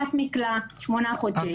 תת מקלע שמונה חודשי עבודות שירות.